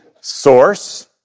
source